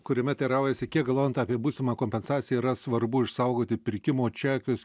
kuriame teiraujasi kiek galvojant apie būsimą kompensaciją yra svarbu išsaugoti pirkimo čekius